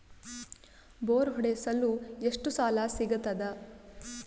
Bore ಹೊಡೆಸಲು ಎಷ್ಟು ಸಾಲ ಸಿಗತದ?